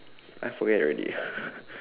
I forget already